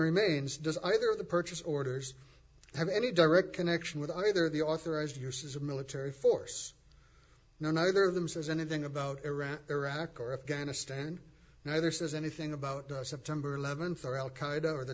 does either of the purchase orders have any direct connection with either the authorized your says a military force no neither of them says anything about iraq iraq or afghanistan neither says anything about september eleventh or al